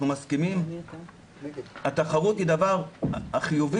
אנחנו מסכימים שהתחרות היא הדבר החיובי